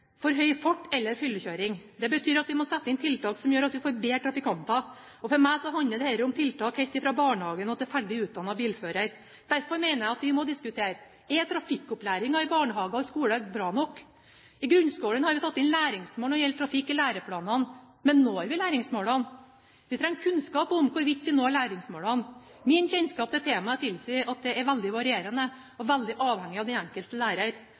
for høy fart eller fyllekjøring. Det betyr at vi må sette inn tiltak som gjør at vi får bedre trafikanter. For meg handler dette om tiltak helt fra barnehagen og til ferdig utdannet bilfører. Derfor mener jeg at vi må diskutere følgende: Er trafikkopplæringen i barnehager og i skole bra nok? I grunnskolen har vi tatt inn læringsmål når det gjelder trafikk i læreplanene. Men når vi læringsmålene? Vi trenger kunnskap om hvorvidt vi når læringsmålene. Min kjennskap til temaet tilsier at det er veldig varierende og veldig avhengig av den enkelte lærer.